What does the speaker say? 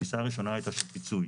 התפיסה הראשונה הייתה של פיצוי,